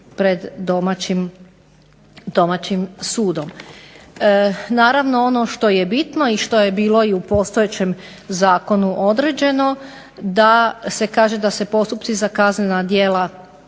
pred domaćim sudom. Naravno ono što je bitno i što je bilo u postojećem zakonu određeno da se kaže da se postupci za kaznena djela